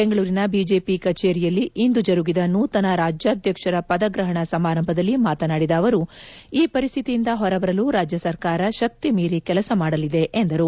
ಬೆಂಗಳೂರಿನ ಬಿಜೆಪಿ ಕಚೇರಿಯಲ್ಲಿ ಇಂದು ಜರುಗಿದ ನೂತನ ರಾಜ್ಯಾಧ್ಯಕ್ಷರ ಪದಗ್ರಪಣ ಸಮಾರಂಭದಲ್ಲಿ ಮಾತನಾಡಿದ ಅವರು ಈ ಪರಿಸ್ಥಿತಿಯಿಂದ ಹೊರಬರಲು ರಾಜ್ಯ ಸರ್ಕಾರ ಶಕ್ತಿ ಮೀರಿ ಕೆಲಸ ಮಾಡಲಿದೆ ಎಂದರು